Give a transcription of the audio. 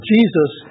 Jesus